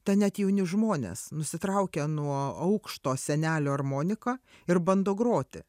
ten net jauni žmonės nusitraukia nuo aukšto senelio armoniką ir bando groti